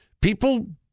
people